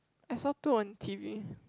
I saw two on t_v